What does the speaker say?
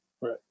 Right